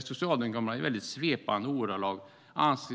Socialdemokraterna anser i svepande ordalag att